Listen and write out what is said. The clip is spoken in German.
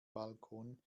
balkon